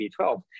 B12